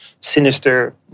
sinister